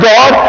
God